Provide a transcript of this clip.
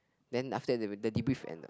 then after that the the debrief ended